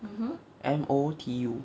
M O T U